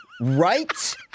Right